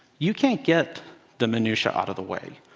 you can't get the minutia out of the way.